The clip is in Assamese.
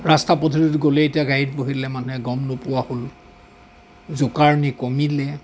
ৰাস্তা পদূলিত গ'লে এতিয়া গাড়ীত বহিলে মানুহে গম নোপোৱা হ'ল জোকাৰণি কমিলে